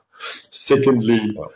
Secondly